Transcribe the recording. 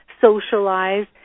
socialize